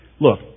Look